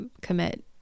commit